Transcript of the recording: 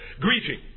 greeting